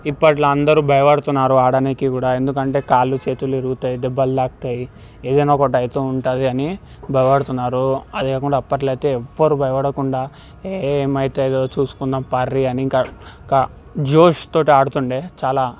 ఇప్పట్లో అందరూ భయపడుతున్నారు ఆడటానికి కూడా ఎందుకంటే కాళ్ళు చేతులు విరుగుతాయి దెబ్బలు తాకుతాయి ఏమైనా ఒకటి అవుతుంటాయి అనీ భయపడుతున్నారు అదే కాకుండా అప్పట్లో అయితే ఎవరూ భయపడకుండా ఏమవుతుందో చూసుకుందాము పారి అని ఇంకా కా జోష్ తోటి ఆడుతుండే చాలా